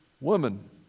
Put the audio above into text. woman